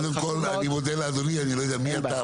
קודם כל אני מודה לאדוני, אני לא יודע מי אתה.